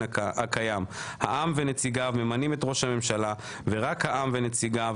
הקיים: העם ונציגיו ממנים את ראש הממשלה ורק העם ונציגיו,